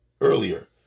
earlier